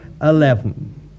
eleven